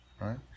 right